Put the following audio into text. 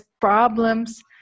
problems